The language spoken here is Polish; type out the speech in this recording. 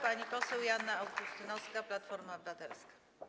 Pani poseł Joanna Augustynowska, Platforma Obywatelska.